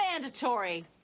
mandatory